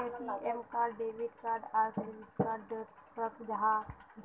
ATM card debit card आर credit card डोट की फरक जाहा?